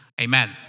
Amen